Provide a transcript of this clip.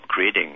upgrading